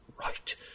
right